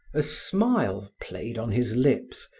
a smile played on his lips,